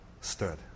stood